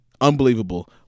Unbelievable